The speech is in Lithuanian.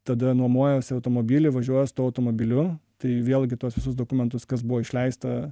tada nuomojasi automobilį važiuoja su tuo automobiliu tai vėlgi tuos visus dokumentus kas buvo išleista